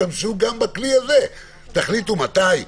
תשתמשו גם בכלי הזה, תחליטו מתי ואיפה.